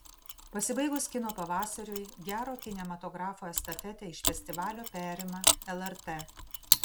pasibaigus kino pavasariui gero kinematografo estafetę iš festivalio perima lrt